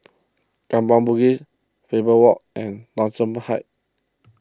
Kampong Bugis Faber Walk and Thomson Heights